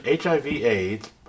HIV-AIDS